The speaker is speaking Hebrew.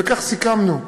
וכך סיכמנו.